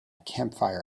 campfire